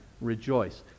rejoice